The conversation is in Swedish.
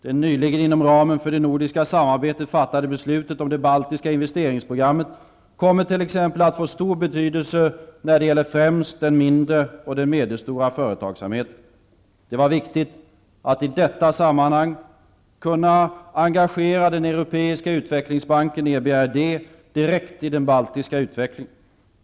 Det nyligen inom ramen för det nordiska samarbetet fattade beslutet om det Baltiska Investeringsprogrammet kommer t.ex. att få stor betydelse när det gäller främst den mindre och medelstora företagsamheten. Det var viktigt att i detta sammanhang kunna engagera den Europeiska Utvecklingsbanken direkt i den baltiska utvecklingen.